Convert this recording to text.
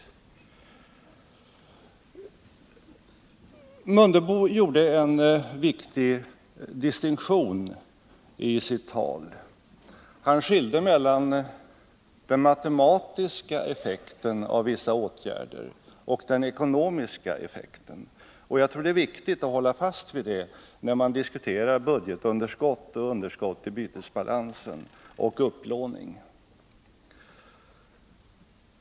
Ingemar Mundebo gjorde en viktig distinktion i sitt tal. Han skilde mellan den matematiska och den ekonomiska effekten av vissa åtgärder. Och jag tror att det är viktigt att hålla fast vid det när man diskuterar budgetunderskott, underskott i bytesbalansen och upplåning.